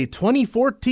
2014